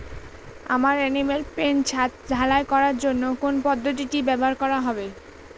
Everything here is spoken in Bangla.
আমার এনিম্যাল পেন ছাদ ঢালাই করার জন্য কোন পদ্ধতিটি ব্যবহার করা হবে?